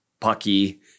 pucky